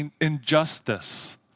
injustice